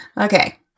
Okay